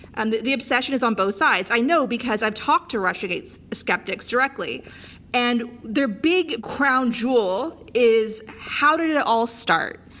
and the obsession is on both sides. i know because i've talked to russiagate skeptics directly and their big crown jewel is how did it all start.